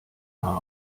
haar